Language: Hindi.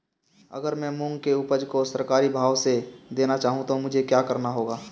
अगर मैं मूंग की उपज को सरकारी भाव से देना चाहूँ तो मुझे क्या करना होगा?